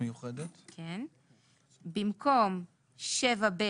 ובמקום "7ב,